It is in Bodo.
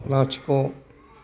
लाथिख'